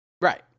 right